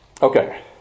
Okay